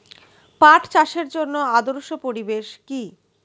পাট চাষের জন্য আদর্শ পরিবেশ কি?